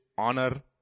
honor